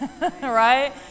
right